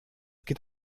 geht